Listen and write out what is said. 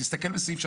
תראה את פסקה (3).